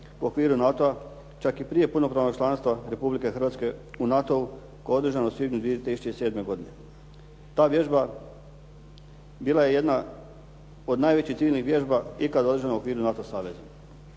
u okviru NATO-a čak i prije punopravnog članstva Republike Hrvatske u NATO-u koja je održana u svibnju 2007. godine. Ta vježba bila je jedna od najvećih civilnih vježba ikada održana u okviru NATO saveza.